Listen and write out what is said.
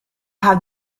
have